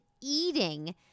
eating